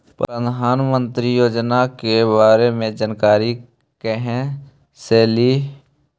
प्रधानमंत्री योजना के बारे मे जानकारी काहे से ली?